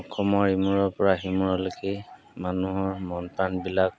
অসমৰ ইমূৰৰপৰা সিমূৰলৈকে মানুহৰ মন প্ৰাণবিলাক